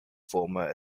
former